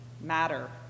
matter